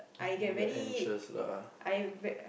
I get anxious lah